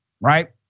right